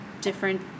different